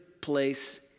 place